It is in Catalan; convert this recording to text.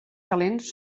calents